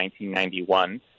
1991